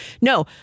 No